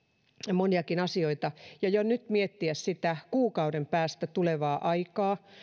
moniakin asioita ja jo nyt miettiä sitä kuukauden päästä tulevaa aikaa